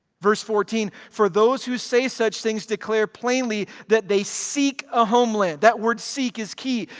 verse fourteen, for those who say such things declare plainly that they seek a homeland. that word seek is key.